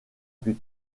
plus